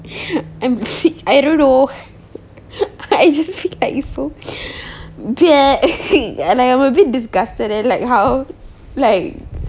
I don't know I just feel like it's so bleh like I'm a bit disgusted at like how like